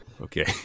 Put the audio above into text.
Okay